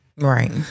Right